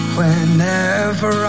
Whenever